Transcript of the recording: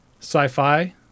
sci-fi